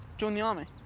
join the army.